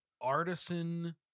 artisan